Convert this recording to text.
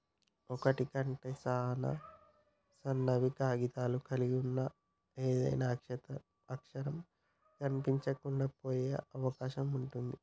ఒకటి కంటే సాన సన్నని కాగితాలను కలిగి ఉన్న ఏదైనా అక్షరం కనిపించకుండా పోయే అవకాశం ఉంది